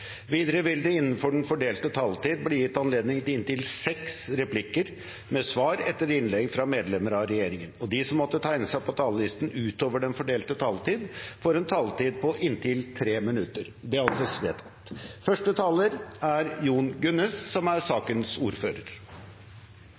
Videre vil det – innenfor den fordelte taletid – bli gitt anledning til inntil seks replikker med svar etter innlegg fra medlemmer av regjeringen, og de som måtte tegne seg på talerlisten utover den fordelte taletid, får en taletid på inntil 3 minutter.